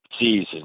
season